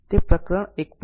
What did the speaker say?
તે પ્રકરણ 1